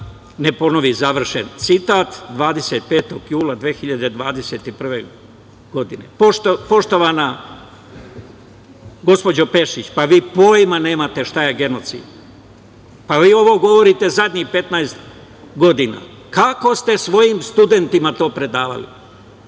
ne ponovi? Završen citat, 25. jula 2021. godine. Poštovana gospođo Pešić, pa vi pojma nemate šta je genocid. Vi ovo govorite zadnjih 15 godina. Kako ste svojim studentima to predavali?